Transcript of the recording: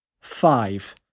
five